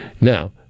Now